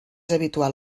habitual